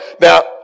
Now